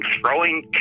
throwing